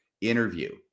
interview